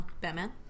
Batman